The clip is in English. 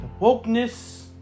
wokeness